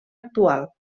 actual